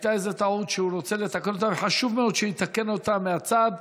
הייתה איזו טעות שהוא רוצה לתקן וחשוב מאוד שהוא יתקן אותה מהצד,